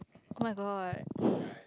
oh-my-god